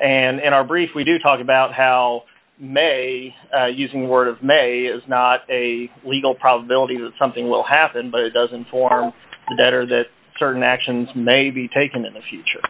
and in our brief we do talk about how may using the word of may is not a legal problem that something will happen but it doesn't form that or that certain actions may be taken in the future